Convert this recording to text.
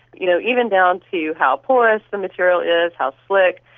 you know even down to how porous the material is, how slick,